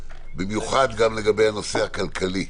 במיוחד גם לגבי הנושא הכלכלי.